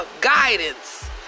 guidance